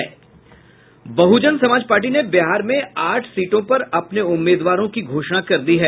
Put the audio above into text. बहुजन Samaj party ने बिहार में आठ सीटों पर अपने उम्मीदवारों की घोषणा कर दी है